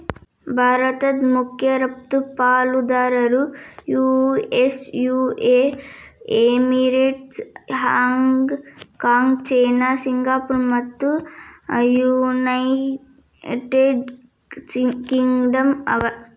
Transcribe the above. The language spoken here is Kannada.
ಭಾರತದ್ ಮಖ್ಯ ರಫ್ತು ಪಾಲುದಾರರು US UAE Emirates, Hong Kong China Singapore ಮತ್ತು ಯುನೈಟೆಡ್ ಕಿಂಗ್ಡಮ್ ಅವ